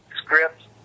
scripts